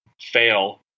fail